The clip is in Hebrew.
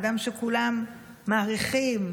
האדם שכולם מעריכים,